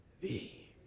thee